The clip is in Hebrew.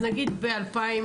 אז נגיד ב-2020,